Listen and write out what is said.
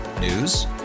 News